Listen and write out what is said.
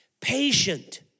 Patient